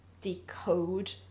decode